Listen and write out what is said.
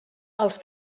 els